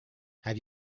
have